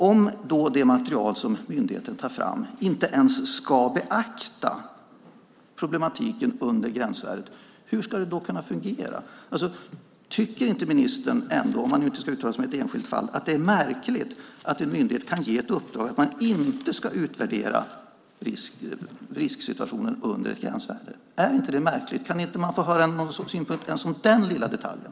Om då det material som myndigheten tar fram inte ens ska beakta problematiken under gränsvärdet, hur ska det då kunna fungera? Tycker inte ministern ändå, om han inte ska uttala sig om ett enskilt fall, att det är märkligt att en myndighet kan ge ett uppdrag om att man inte ska utvärdera risksituationen under ett gränsvärde? Är det inte märkligt? Kan jag inte få höra någon synpunkt ens om den lilla detaljen?